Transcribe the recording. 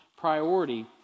priority